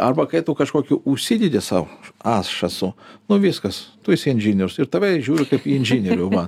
arba kai tu kažkokių užsidedi sau aš esu nu viskas tu esi inžinierius ir tave jie žiūri kaip į inžinierių va